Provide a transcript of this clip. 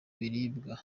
biribwa